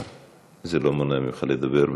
זה לא מונע ממך לדבר.